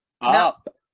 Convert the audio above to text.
up